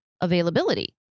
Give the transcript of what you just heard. availability